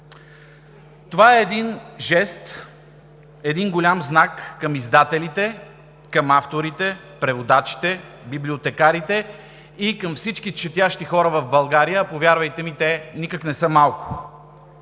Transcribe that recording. Това е един жест, един голям знак към издателите, към авторите, преводачите, библиотекарите и към всички четящи хора в България. Повярвайте ми, те никак не са малко.